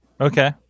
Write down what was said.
Okay